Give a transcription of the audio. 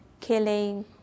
killing